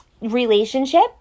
relationship